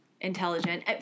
intelligent